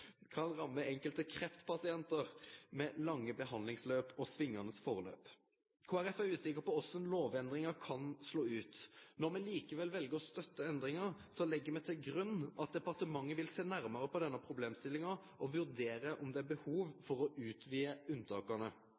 kan ramme enkelte kreftpasientar med lang behandlingstid og svingane utvikling. Kristeleg Folkeparti er usikker på korleis lovendringa kan slå ut. Når me likevel vel å støtte endringa, legg me til grunn at departementet vil sjå nærare på denne problemstillinga og vurdere om det er behov for å utvide